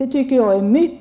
Tack.